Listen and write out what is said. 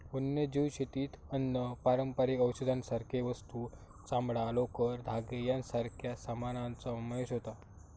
वन्यजीव शेतीत अन्न, पारंपारिक औषधांसारखे वस्तू, चामडां, लोकर, धागे यांच्यासारख्या सामानाचो समावेश होता